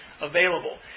available